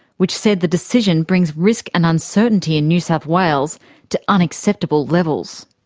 which said the decision brings risk and uncertainty in new south wales to unacceptable levels.